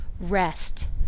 rest